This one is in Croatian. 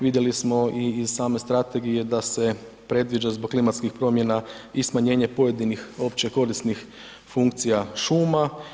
Vidjeli smo i iz same strategije da se predviđa zbog klimatskih promjena i smanjenje pojedinih općekorisnih funkcija šuma.